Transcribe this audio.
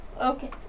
Okay